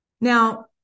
Now